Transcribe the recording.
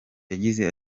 yagize